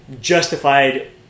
justified